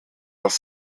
das